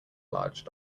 large